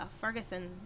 Ferguson